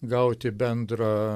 gauti bendrą